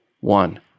One